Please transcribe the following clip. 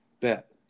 bet